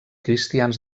cristians